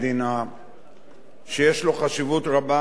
שיש לו חשיבות רבה מההיבט הדמוקרטי,